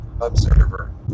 observer